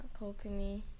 Kokumi